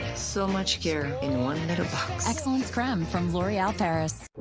so much care in one little box. excellence creme from l'oreal paris.